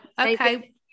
okay